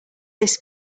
this